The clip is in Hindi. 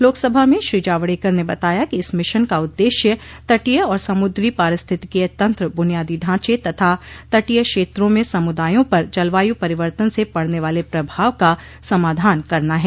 लोकसभा में श्री जावड़ेकर ने बताया कि इस मिशन का उद्देश्य तटीय और समुद्री पारिस्थितिकीय तंत्र बुनियादी ढांचे तथा तटीय क्षेत्रों में समुदायों पर जलवायु परिवर्तन से पड़ने वाले प्रभाव का समाधान करना है